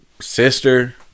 sister